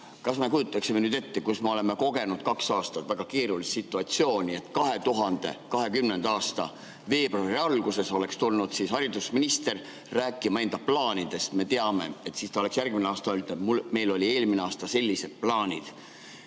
Kas me kujutaksime ette nüüd, kus me oleme kogenud kaks aastat väga keerulist situatsiooni, et 2020. aasta veebruari alguses oleks tulnud haridusminister rääkima enda plaanidest? Me teame, et ta oleks siis järgmine aasta öelnud, et meil olid eelmine aasta sellised plaanid.